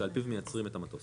שעל פיו מייצרים את המטוס.